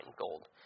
gold